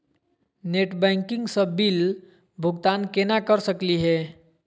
Net banking स bill भुगतान केना कर सकली हे?